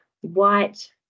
white